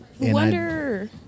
wonder